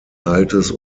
altes